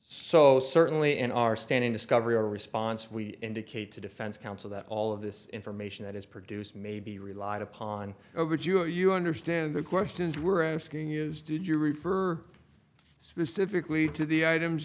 so certainly in our standard discovery or response we indicate to defense counsel that all of this information that is produced may be relied upon oh good you understand the questions we're asking is did you refer specifically to the items